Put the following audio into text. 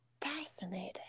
Fascinating